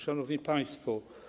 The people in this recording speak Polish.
Szanowni Państwo!